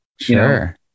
Sure